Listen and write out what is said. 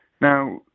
Now